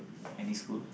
any schools